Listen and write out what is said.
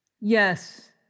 Yes